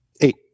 Eight